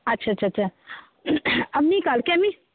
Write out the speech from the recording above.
আচ্ছা আচ্ছা আচ্ছা আপনি কালকে আমি